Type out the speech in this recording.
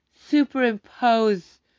superimpose